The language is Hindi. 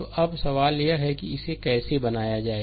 तो अब सवाल यह है कि इसे कैसे बनाया जाए